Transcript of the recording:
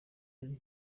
ari